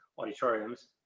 auditoriums